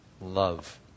love